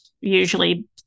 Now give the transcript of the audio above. usually